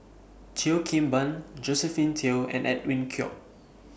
Cheo Kim Ban Josephine Teo and Edwin Koek